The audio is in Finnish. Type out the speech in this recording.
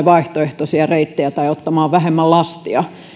vaihtoehtoisia reittejä tai ottamaan vähemmän lastia